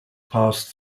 passed